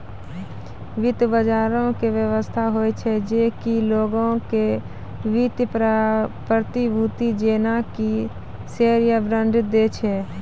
वित्त बजारो के व्यवस्था होय छै जे कि लोगो के वित्तीय प्रतिभूति जेना कि शेयर या बांड दै छै